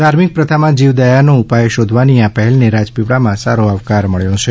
ધાર્મિક પ્રથામાં જીવદયાનો ઉપાય શોધવાની આ પહેલને રાજપીપળામાં સારો આવકાર મળ્યો છે